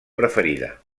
preferida